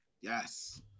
Yes